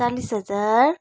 चालिस हजार